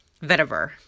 Vetiver